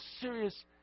serious